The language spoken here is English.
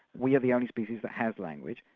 we are the only species that have language,